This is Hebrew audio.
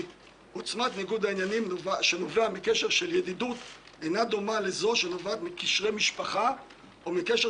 וסיטואציה שבה אסור לקבל החלטות במצב הזה ואסור